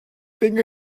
think